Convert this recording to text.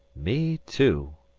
me too,